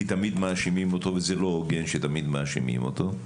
כי תמיד מאשימים אותו וזה לא הוגן שתמיד מאשימים אותו,